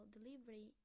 delivery